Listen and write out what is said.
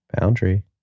Boundary